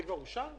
זה כבר אושר?